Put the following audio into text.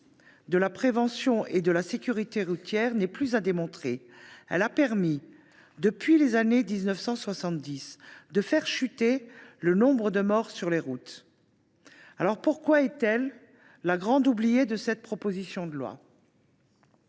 de la prévention et de la sécurité routière n’est plus à démontrer. Elle a permis, depuis les années 1970, de faire chuter le nombre de morts sur les routes. Alors pourquoi est elle la grande oubliée de cette proposition de loi ?